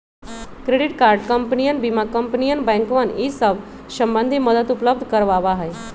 credit card कंपनियन बीमा कंपनियन बैंकवन ई सब संबंधी मदद उपलब्ध करवावा हई